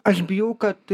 aš bijau kad